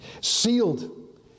Sealed